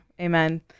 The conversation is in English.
Amen